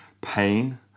pain